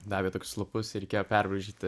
davė tokius lapus ir reikėjo perbraižyti